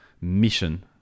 mission